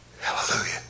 Hallelujah